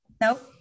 Nope